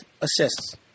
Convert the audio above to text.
assists